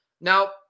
Now